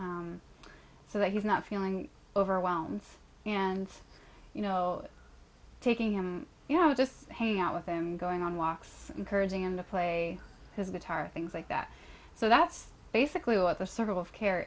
so that he's not feeling overwhelmed and you know taking him you know just hanging out with him going on walks encouraging him to play his guitar things like that so that's basically what the sort of care